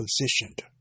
positioned